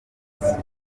bibaza